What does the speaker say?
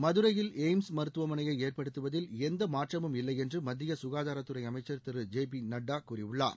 மதுரையில் எய்ம்ஸ் மருத்துவமனையை ஏற்படுத்துவதில் எந்த மாற்றமும் இல்லை என்று மத்திய சுகாதாரத்துறை அமைச்சர் திரு ஜே பி நட்டா கூறியுள்ளார்